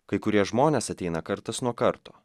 kai kurie žmonės ateina kartas nuo karto